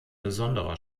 besonderer